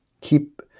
keep